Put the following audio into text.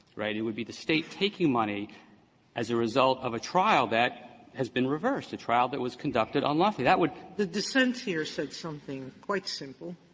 right? it would be the state taking money as a result of a trial that has been reversed, a trial that was conducted unlawfully. that would sotomayor the dissent here said something quite simple,